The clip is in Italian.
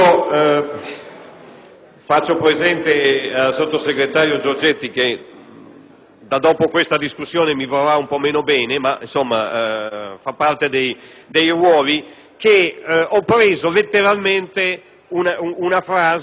che dopo questa discussione mi vorrà un po' meno bene, ma questo fa parte dei ruoli, che ho estrapolato letteralmente una frase che era contenuta nella relazione della commissione Grandi, quindi non mi sono inventato